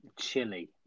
chili